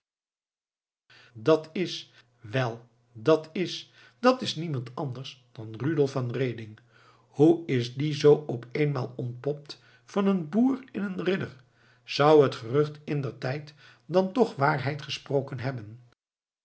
dat is wel dat is dat is niemand anders dan rudolf van reding hoe is die zoo op eenmaal ontpopt van een boer in een ridder zou het gerucht indertijd dan toch waarheid gesproken hebben